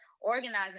organizing